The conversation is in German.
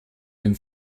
dem